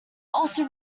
also